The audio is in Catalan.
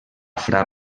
fra